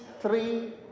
three